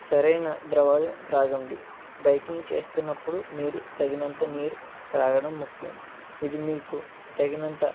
సరైన ద్రవాలు త్రాగండి బైకింగ్ చేస్తున్నప్పుడు మీరు తగినంత నీరు త్రాగడం ముఖ్యం ఇది మీకు తగినంత